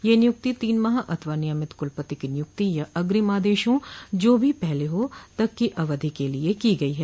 यह नियुक्ति तीन माह अथवा नियमित कुलपति की नियुक्ति या अग्रिम आदेशों जो भी पहले हो तक की अवधि के लिये की गई है